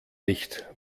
nicht